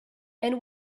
and